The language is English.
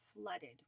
flooded